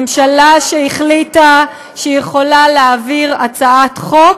ממשלה שהחליטה שהיא יכולה להעביר הצעת חוק